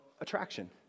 attraction